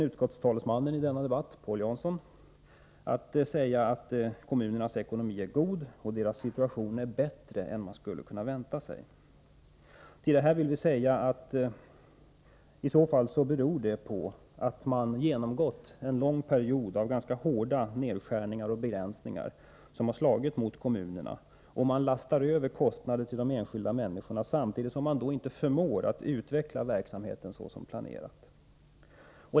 Utskottets talesman i denna debatt, Paul Jansson, kommer förmodligen att säga att kommunernas ekonomi är god och att deras situation är bättre än man skulle ha kunnat vänta sig. Till detta vill vi säga att det i så fall beror på att kommunerna genomgått en lång period av ganska hårda nedskärningar och begränsningar, som har slagit just mot kommunerna, och de lastar nu över kostnader på de enskilda människorna utan att samtidigt förmå utveckla verksamheten som planerat.